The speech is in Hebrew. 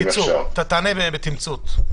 תענה בתמצות.